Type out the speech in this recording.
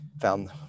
found